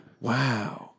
Wow